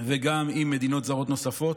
וגם עם מדינות זרות נוספות.